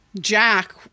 Jack